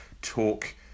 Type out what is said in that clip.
talk